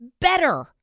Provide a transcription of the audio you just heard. better